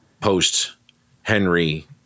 post-Henry